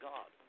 God